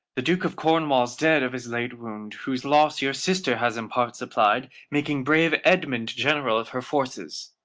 the duke of cornwall's dead of his late wound, whose loss your sister has in part supply'd. making brave edmund general of her forces.